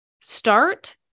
start